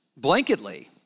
blanketly